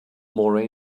more